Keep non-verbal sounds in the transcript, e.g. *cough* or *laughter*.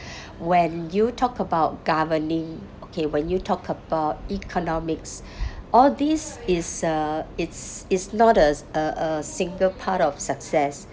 *breath* when you talk about governing okay when you talk about economics *breath* all this is uh it's it's not a s~ a a single part of success